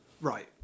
Right